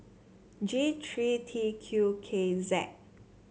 G three T Q K Z